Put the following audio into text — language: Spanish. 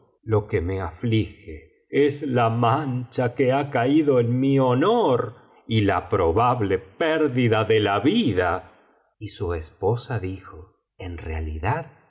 lo que me aflige es la mancha que ha caído en mi honor y la probable pérdida de la vida y su esposa dijo en realidad